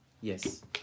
Yes